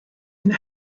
and